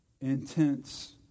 intense